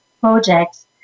projects